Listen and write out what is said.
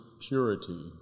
purity